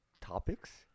topics